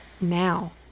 Now